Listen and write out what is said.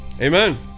Amen